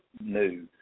new